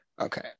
okay